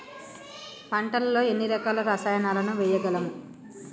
పంటలలో ఎన్ని రకాల రసాయనాలను వేయగలము?